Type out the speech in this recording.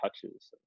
touches